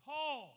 Paul